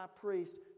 priest